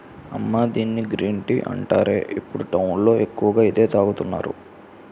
అమ్మా దీన్ని green tea అంటారే, ఇప్పుడు టౌన్ లో ఎక్కువగా ఇదే తాగుతున్నారు